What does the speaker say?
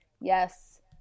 yes